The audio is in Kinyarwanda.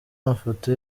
amafoto